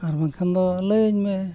ᱟᱨ ᱵᱟᱝᱠᱷᱟᱱ ᱫᱚ ᱞᱟᱹᱭᱟᱹᱧ ᱢᱮ